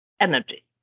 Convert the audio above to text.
energy